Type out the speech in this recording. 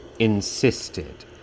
insisted